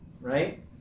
right